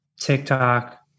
TikTok